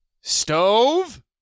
Stove